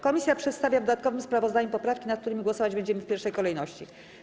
Komisja przedstawia w dodatkowym sprawozdaniu poprawki, nad którymi głosować będziemy w pierwszej kolejności.